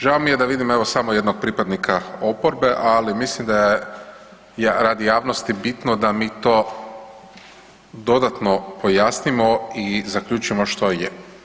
Žao mi je da vidim evo samo jednog pripadnika oporbe, ali mislim da je radi javnosti bitno da mi to dodatno pojasnimo i zaključimo što je.